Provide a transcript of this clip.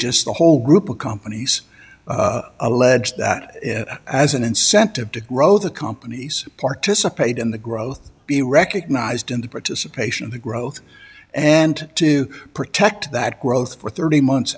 just a whole group of companies allege that as an incentive to grow the companies participate in the growth be recognized in the participation of the growth and to protect that growth for thirty months